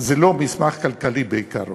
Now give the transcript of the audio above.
זה לא מסמך כלכלי, בעיקרו,